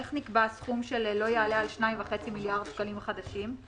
איך נקבע הסכום שלא יעלה על 2.5 מיליארד שקלים חדשים?